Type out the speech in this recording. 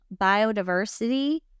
biodiversity